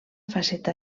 faceta